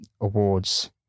awards